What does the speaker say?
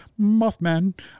mothman